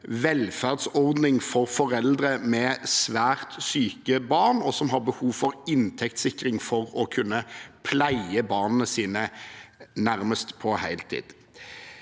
velferdsordning for foreldre som har svært syke barn, og som har behov for inntektssikring for å kunne pleie barna sine nærmest på heltid.